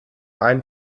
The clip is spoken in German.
einen